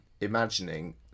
imagining